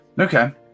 Okay